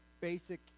basic